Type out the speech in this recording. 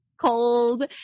cold